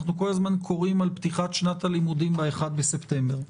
כל הזמן קוראים על פתיחת שנת הלימודים ב-1 בספטמבר.